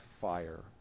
fire